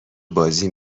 بازی